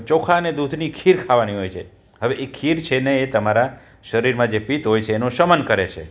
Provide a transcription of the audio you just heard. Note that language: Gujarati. ચોખા અને દૂધની ખીર ખાવાની હોય છે હવે એ ખીર છેને એ તમારા શરીરમાં જે પિત્ત હોયછે એનું શમન કરે છે